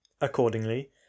Accordingly